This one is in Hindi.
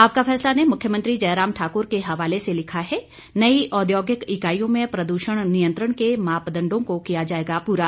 आपका फैसला ने मुख्यमंत्री जयराम ठाकुर के हवाले से लिखा है नई औद्योगिक इकाइयों में प्रदूषण नियंत्रण के मापदंडों को किया जाएगा पूरा